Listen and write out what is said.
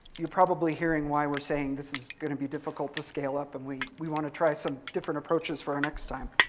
you're probably hearing why we're saying this is going to be difficult to scale up and we we want to try some different approaches for our next time.